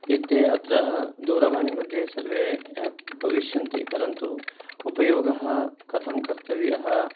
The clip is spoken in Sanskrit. एते अत्र दूरवाणीमद्धे सर्वे एप् भविष्यन्ति परन्तु उपयोगः कथं कर्तव्यः